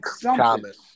Thomas